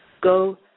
go